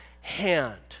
hand